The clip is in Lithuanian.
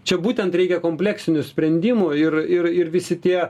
čia būtent reikia kompleksinių sprendimų ir ir ir visi tie